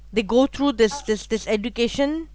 they go through this this this education